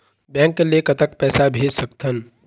Bank ले कतक पैसा भेज सकथन?